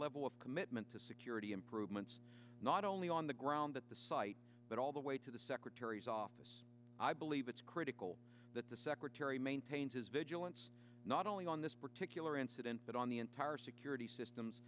level of commitment to security improvements not only on the ground at the site but all the way to the secretary's office i believe it's critical that the secretary maintain his vigilance not only on this particular incident but on the entire security systems